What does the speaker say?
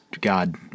God